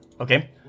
okay